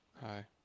Hi